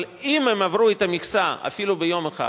אבל אם הם עברו את המכסה אפילו ביום אחד,